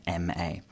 MA